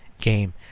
game